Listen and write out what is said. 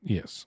Yes